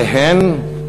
לאזרחיהן